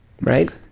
Right